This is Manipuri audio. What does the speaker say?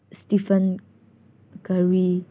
ꯁ꯭ꯇꯤꯐꯦꯟ ꯒꯔꯋꯤ